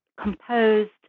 composed